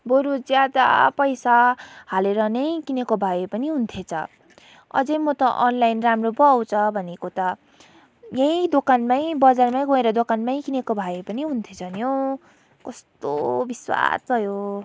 बरू ज्यादा पैसा हालेर नै किनेको भए पनि हुने थिएछ अझै म त अनलाइन राम्रो पो आउँछ भनेको त यहीँ दोकानमै बजारमै गएर दोकानमै किनेको भए पनि हुने थिएछ नि हौ कस्तो बिस्वाद भयो